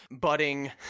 budding